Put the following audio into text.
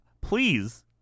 please